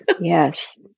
Yes